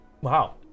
Wow